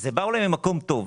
זה בא אולי ממקום טוב.